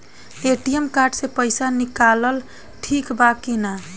ATM card से पईसा निकालल ठीक बा की ना?